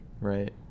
right